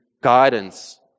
guidance